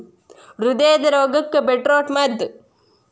ಹೃದಯದ ರೋಗಕ್ಕ ಬೇಟ್ರೂಟ ಮದ್ದ